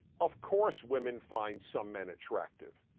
of course women find some men attractive.